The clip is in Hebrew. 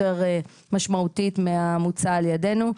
יותר משמעותית מהמוצע על ידנו,